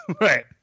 Right